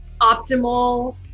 optimal